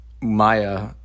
Maya